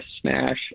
smash